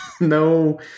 no